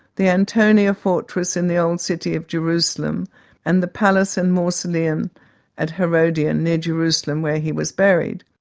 the antonia fortress in the old city of jerusalem and the palace and mausoleum at herodion near jerusalem where he was buried.